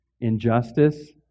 injustice